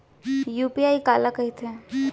UPI काला कहिथे?